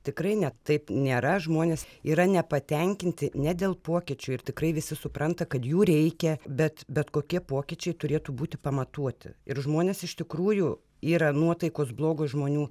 tikrai ne taip nėra žmonės yra nepatenkinti ne dėl pokyčių ir tikrai visi supranta kad jų reikia bet bet kokie pokyčiai turėtų būti pamatuoti ir žmonės iš tikrųjų yra nuotaikos blogos žmonių